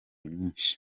nyinshi